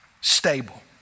stable